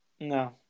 No